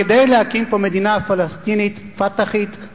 כדי להקים פה מדינה פלסטינית "פתחית"-"חמאסית".